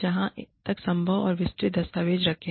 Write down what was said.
जहां तक संभव हो विस्तृत दस्तावेज रखें